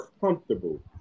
comfortable